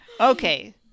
Okay